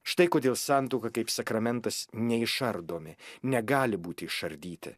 štai kodėl santuoka kaip sakramentas neišardomi negali būti išardyti